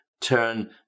turn